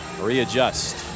readjust